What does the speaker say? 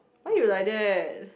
why you like that